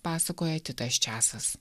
pasakoja titas česas